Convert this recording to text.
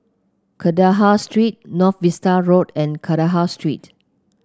Kandahar Street North Vista Road and Kandahar Street